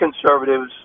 conservatives